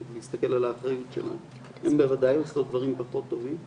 האחריות שלנו, הן בוודאי עושות דברים פחות טובים,